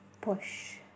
push